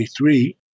1993